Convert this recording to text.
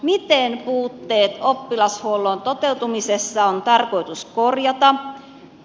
miten puutteet oppilashuollon toteutumisessa on tarkoitus korjata